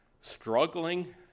struggling